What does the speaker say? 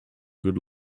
good